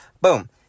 Boom